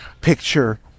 picture